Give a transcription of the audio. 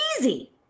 easy